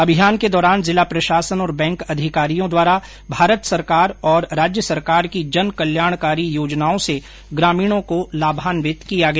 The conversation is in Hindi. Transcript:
अभियान के दौरान जिला प्रशासन और बैंक अधिकारियों द्वारा भारत सरकार और राज्य सरकार की जनकल्याणकारी योजनाओं से ग्रामीणों को लाभान्वित किया गया